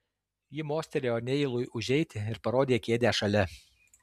ji mostelėjo neilui užeiti ir parodė kėdę šalia